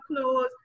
clothes